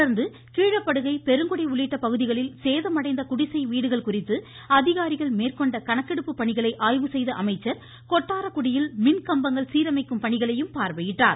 தொடா்ந்து கீழப்படுகை பெருங்குடி உள்ளிட்ட பகுதிகளில் சேதமடைந்த குடிசை வீடுகள் குறித்து அதிகாரிகள் மேற்கொண்ட கணக்கெடுப்பு பணிகளை ஆய்வு செய்த அமைச்சர் கொட்டாரக்குடியில் மின்கம்பங்கள் சீரமைக்கும் பணிகளை பார்வையிட்டார்